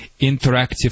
interactive